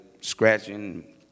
scratching